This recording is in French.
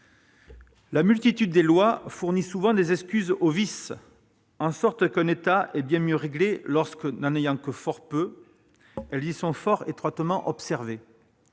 La multitude des lois fournit souvent des excuses aux vices, en sorte qu'un État est bien mieux réglé lorsque n'en ayant que fort peu, elles y sont fort étroitement observées